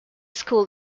school